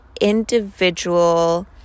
individual